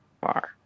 far